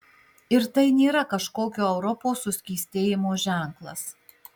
ir tai nėra kažkokio europos suskystėjimo ženklas